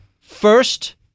first